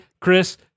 Chris